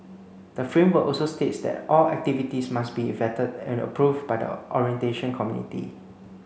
the framework also states that all activities must be vetted and approved by the orientation committee